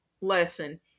lesson